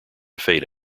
fade